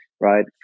right